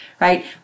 right